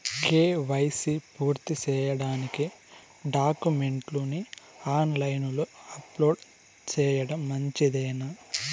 KYC పూర్తి సేయడానికి డాక్యుమెంట్లు ని ఆన్ లైను లో అప్లోడ్ సేయడం మంచిదేనా?